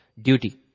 duty